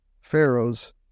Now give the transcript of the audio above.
Pharaoh's